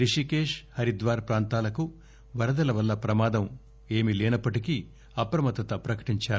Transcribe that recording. రిషికేశ్ హరిద్వార్ ప్రాంతాలకు వరదల వల్ల ప్రమాదం ఏమీ లేనప్పటికీ అప్రమత్త ప్రకటించారు